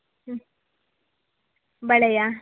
ಹ್ಞೂ ಬಳೆಯಾ